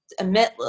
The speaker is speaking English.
emit